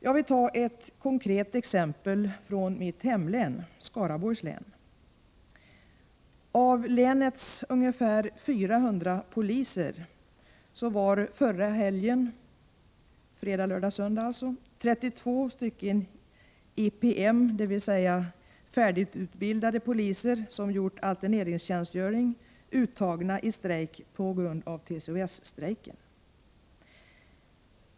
Jag vill ta ett konkret exempel från mitt hemlän, Skaraborgs län. Av länets ungefär 400 poliser var förra helgen — fredag, lördag och söndag — 32 epm — dvs. färdigutbildade poliser som gjort alterneringstjänstgöring — uttagna i strejk på grund av TCO-S-strejken.